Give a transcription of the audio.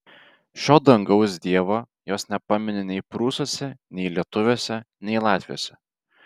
šio dangaus dievo jos nepamini nei prūsuose nei lietuviuose nei latviuose